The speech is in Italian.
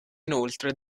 inoltre